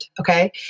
Okay